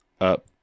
up